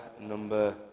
number